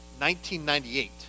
1998